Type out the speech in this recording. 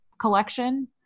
collection